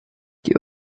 die